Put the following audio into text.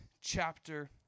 chapter